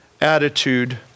attitude